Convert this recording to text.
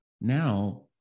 Now